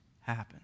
happen